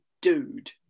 dude